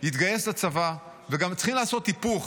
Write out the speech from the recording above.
יתגייס לצבא, וגם צריכים לעשות היפוך,